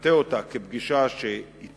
מבטא אותה כפגישה שהצליחה,